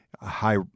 high